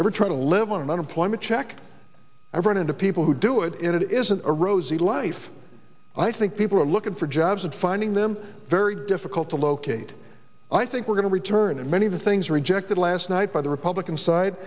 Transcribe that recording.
ever try to live on an unemployment check i've run into people who do it and it isn't a rosy life i think people are looking for jobs and finding them very difficult to locate i think we're going to return and many of the things rejected last night by the republican side